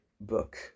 book